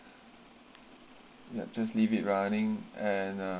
not just leave it running and ah